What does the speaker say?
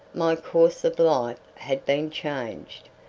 my course of life had been changed,